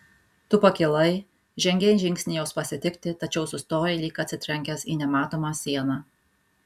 tu pakilai žengei žingsnį jos pasitikti tačiau sustojai lyg atsitrenkęs į nematomą sieną